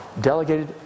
delegated